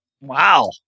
Wow